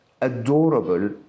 adorable